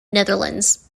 netherlands